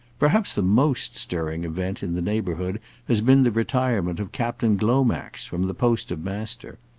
perhaps the most stirring event in the neighbourhood has been the retirement of captain glomax from the post of master.